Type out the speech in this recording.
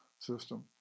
system